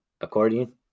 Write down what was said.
accordion